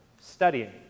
studying